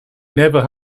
never